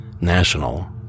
national